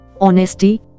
honesty